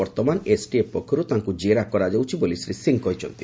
ବର୍ତ୍ତମାନା STF ପକ୍ଷରୁ ତାଙ୍କୁ ଜେରା କରାଯାଉଛି ବୋଲି ଶ୍ରୀ ସିଂହ କହିଚ୍ଛନ୍ତି